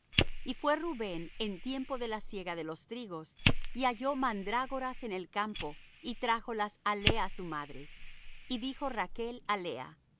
y fué rubén en tiempo de la siega de los trigos y halló mandrágoras en el campo y trájolas á lea su madre y dijo rachl á lea